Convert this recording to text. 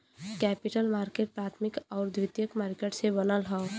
capital market प्राथमिक आउर द्वितीयक मार्केट से बनल होला